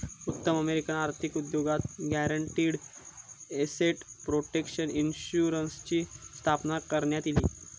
उत्तर अमेरिकन आर्थिक उद्योगात गॅरंटीड एसेट प्रोटेक्शन इन्शुरन्सची स्थापना करण्यात इली